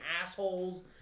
assholes